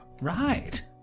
Right